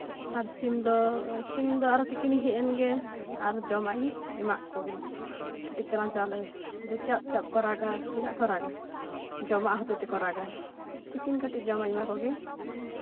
ᱥᱤᱢ ᱫᱚ ᱥᱤᱢᱫᱚ ᱟᱨᱚ ᱛᱤᱠᱤᱱᱮ ᱦᱮᱡ ᱮᱱᱜᱮ ᱟᱨ ᱡᱚᱢᱟᱜ ᱤᱧ ᱮᱢᱟᱜ ᱠᱚᱜᱮ ᱠᱟᱹᱴᱤᱡ ᱪᱮᱞᱟᱝ ᱪᱟᱣᱞᱮ ᱪᱮᱭᱟᱜ ᱪᱮᱭᱟᱜ ᱠᱚ ᱨᱟᱜᱟ ᱪᱮᱫᱟᱜ ᱠᱚ ᱨᱟᱜᱟ ᱡᱚᱢᱟᱜ ᱦᱚᱛᱮᱜ ᱛᱮᱠᱚ ᱨᱟᱜᱟ ᱛᱤᱠᱤᱱ ᱠᱟᱹᱴᱤᱡ ᱡᱚᱢᱟᱜ ᱤᱧ ᱮᱢᱟ ᱠᱚᱜᱮ